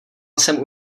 jsem